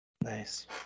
Nice